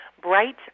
Bright